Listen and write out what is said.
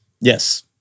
Yes